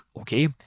okay